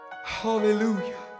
Hallelujah